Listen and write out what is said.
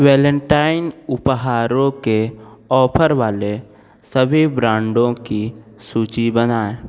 Valentine उपहारों के offer वाले सभी ब्रांडों की सूचि बनाएँ